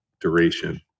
duration